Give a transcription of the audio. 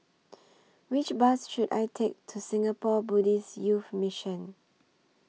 Which Bus should I Take to Singapore Buddhist Youth Mission